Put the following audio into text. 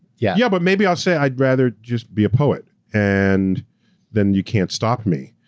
yeah yeah, but maybe i'll say i'd rather just be a poet and then you can't stop me,